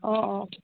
অঁ অঁ